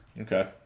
Okay